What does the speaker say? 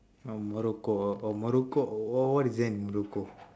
morocco orh orh morocco what what is there in morocco